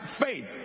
faith